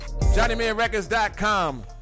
JohnnyManRecords.com